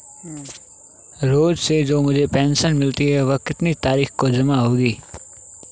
रोज़ से जो मुझे पेंशन मिलती है वह कितनी तारीख को जमा होगी?